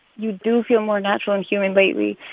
you do feel more natural and human lately.